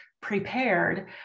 prepared